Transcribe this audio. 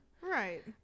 Right